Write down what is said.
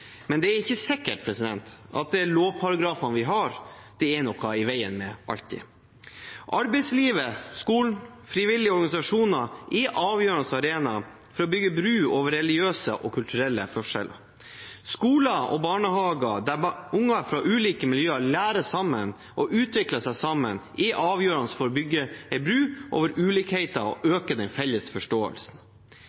men det er ikke sikkert at det alltid er lovparagrafene vi har, det er noe i veien med. Arbeidslivet, skolen og frivillige organisasjoner er avgjørende arenaer for å bygge bro over religiøse og kulturelle forskjeller. Skoler og barnehager der unger fra ulike miljøer lærer sammen og utvikler seg sammen, er avgjørende for å bygge bro over ulikheter og